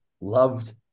loved